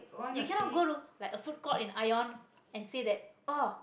you cannot go to like a food court in ion and say that oh